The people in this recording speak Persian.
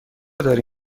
داری